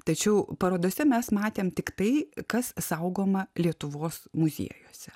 tačiau parodose mes matėm tik tai kas saugoma lietuvos muziejuose